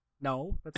No